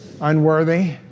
unworthy